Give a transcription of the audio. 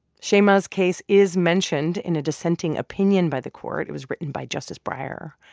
shaima's case is mentioned in a dissenting opinion by the court. it was written by justice breyer.